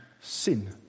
sin